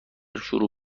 شروع